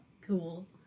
Cool